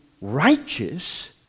righteous